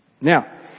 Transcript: Now